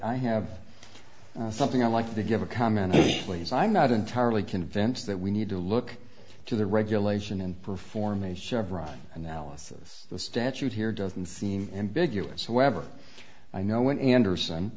i have something i'd like to give a comment please i'm not entirely convinced that we need to look to the regulation and perform a chevron analysis the statute here doesn't seem ambiguous however i know when anderson